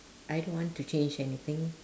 I don't want to change anything